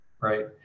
right